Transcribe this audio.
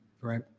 right